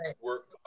work